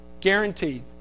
Guaranteed